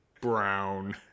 brown